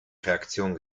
reaktion